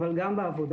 אבל גם בעבודה.